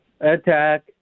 attack